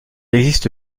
existe